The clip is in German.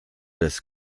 des